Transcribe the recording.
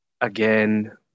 Again